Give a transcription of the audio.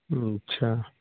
ہوں اچھا